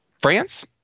France